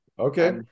Okay